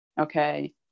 okay